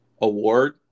award